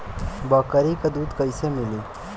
बकरी क दूध कईसे मिली?